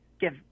give